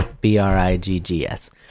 B-R-I-G-G-S